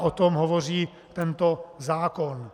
O tom hovoří tento zákon.